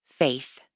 Faith